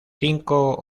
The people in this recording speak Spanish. cinco